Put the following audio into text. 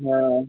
হ্যাঁ